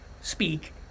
speak